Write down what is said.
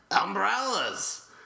Umbrellas